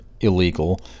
illegal